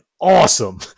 awesome